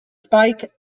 spike